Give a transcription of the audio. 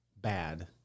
bad